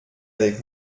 avec